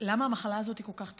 למה המחלה הזאת היא כל כך טרגית: